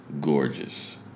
Gorgeous